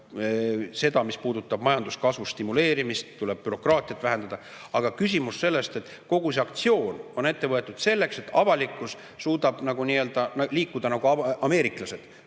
seda, mis puudutab majanduskasvu stimuleerimist, tuleb bürokraatiat vähendada. Aga küsimus on selles, et kogu see aktsioon on ette võetud selleks, sest avalikkus suudab liikuda nagu ameeriklased